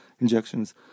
injections